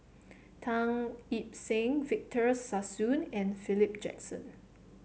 Tan Seng Victor Sassoon and Philip Jackson